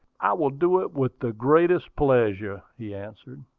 i will do it with the greatest pleasure, he answered.